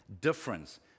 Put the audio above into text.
difference